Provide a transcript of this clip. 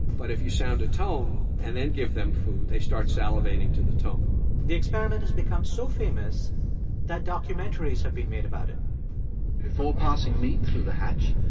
but if you sound a tone and then give them food, they start salivating to the tone the experiment has become so famous that documentaries have been made about it before passing meat through the hatch,